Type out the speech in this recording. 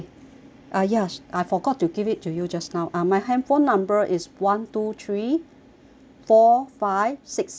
ah ya I forgot to give it to you just now uh my handphone number is one two three four five six seven